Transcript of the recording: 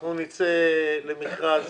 ואנחנו נצא למכרז